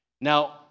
Now